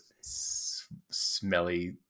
smelly